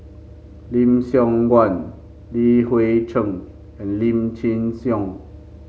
Lim Siong Guan Li Hui Cheng and Lim Chin Siong